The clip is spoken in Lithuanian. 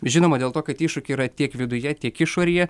žinoma dėl to kad iššūkių yra tiek viduje tiek išorėje